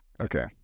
Okay